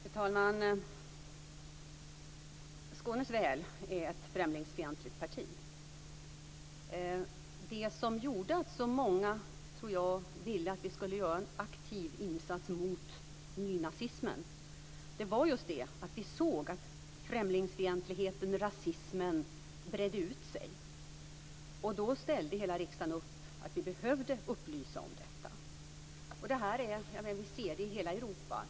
Fru talman! Skånes väl är ett främlingsfientligt parti. Det som gjorde att så många ville att vi skulle göra en aktiv insats mot nynazismen var just det att vi såg att främlingsfientligheten, rasismen, bredde ut sig. Då ställde hela riksdagen upp på att vi behövde upplysa om detta. Vi ser det i hela Europa.